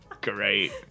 great